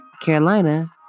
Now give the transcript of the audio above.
Carolina